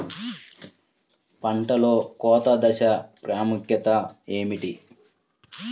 పంటలో కోత దశ ప్రాముఖ్యత ఏమిటి?